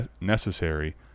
necessary